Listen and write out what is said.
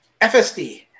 FSD